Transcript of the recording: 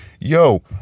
yo